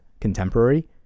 contemporary